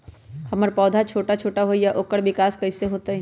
हमर पौधा छोटा छोटा होईया ओकर विकास कईसे होतई?